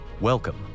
Welcome